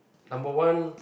number one